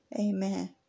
Amen